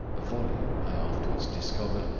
a volume, i afterwards discovered,